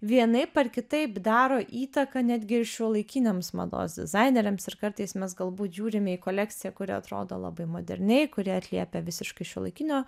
vienaip ar kitaip daro įtaką netgi ir šiuolaikiniams mados dizaineriams ir kartais mes galbūt žiūrime į kolekciją kuri atrodo labai moderniai kuri atliepia visiškai šiuolaikinio